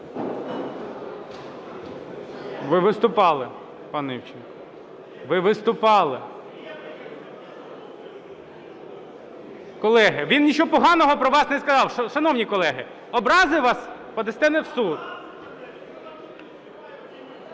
Ви виступали, пане Івченко, ви виступали. Колеги, він нічого поганого про вас не сказав. Шановні колеги, образив вас – подасте в суд.